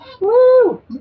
Woo